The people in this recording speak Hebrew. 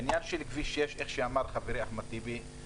בעניין של כביש 6 איך שאמר חברי אחמד טיבי,